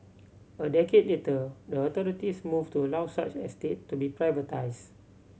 a decade later the authorities moved to allow such estate to be privatised